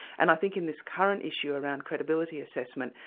and i think in this current issue around credibility assessment,